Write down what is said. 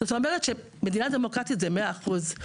זאת אומרת שמדינה דמוקרטית זה מאה אחוז,